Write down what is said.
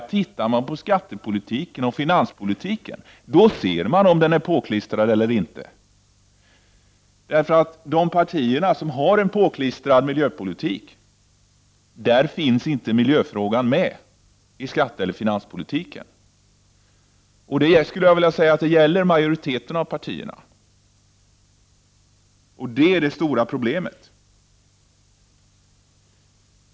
Tittar man på skattepolitiken och finanspolitiken ser man om den är påklistrad eller inte. De partier som har en påklistrad miljöpolitik har inte miljöfrågan med i skatteoch finanspolitiken. Detta gäller majoriteten av partierna. Det är det stora problemet.